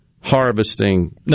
harvesting